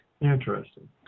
Interesting